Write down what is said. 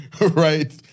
Right